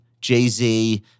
Jay-Z